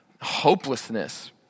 hopelessness